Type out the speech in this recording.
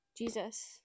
Jesus